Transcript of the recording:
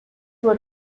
were